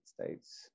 States